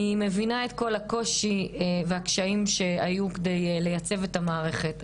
אני מבינה את כל הקושי והקשיים שהיו כדי לייצב את המערכת.